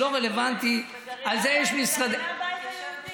לא רלוונטי, הבית היהודי.